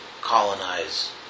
colonize